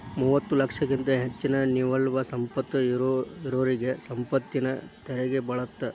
ಮೂವತ್ತ ಲಕ್ಷಕ್ಕಿಂತ ಹೆಚ್ಚಿನ ನಿವ್ವಳ ಸಂಪತ್ತ ಇರೋರಿಗಿ ಸಂಪತ್ತಿನ ತೆರಿಗಿ ಬೇಳತ್ತ